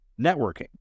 Networking